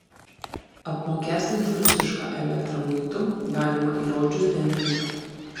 apmokestinti rusišką elektrą muitu galima įrodžius dempingą